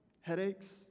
Headaches